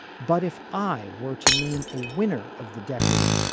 but if i were to name a winner of the decade,